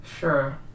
sure